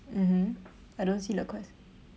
mmhmm I don't see le quest